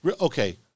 okay